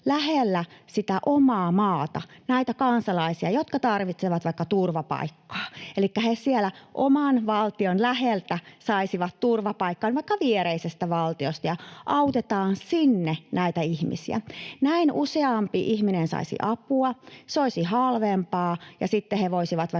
lähellä sitä omaa maata, näitä kansalaisia, jotka tarvitsevat vaikka turvapaikkaa. Elikkä he oman valtion läheltä saisivat turvapaikan, vaikka viereisestä valtiosta, ja autetaan sinne näitä ihmisiä. Näin useampi ihminen saisi apua, se olisi halvempaa, ja sitten he voisivat